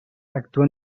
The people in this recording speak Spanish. actuó